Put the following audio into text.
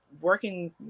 Working